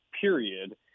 period